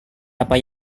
apa